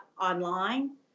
online